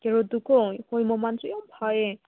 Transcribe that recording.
ꯀꯦꯔꯣꯠꯇꯨꯀꯣ ꯑꯩꯈꯣꯏ ꯃꯃꯥꯡꯗꯁꯨ ꯌꯥꯝ ꯐꯩꯌꯦ